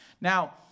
Now